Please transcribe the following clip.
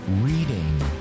Reading